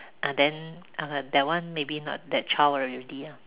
ah then uh that one maybe not that child already lah